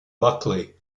buckley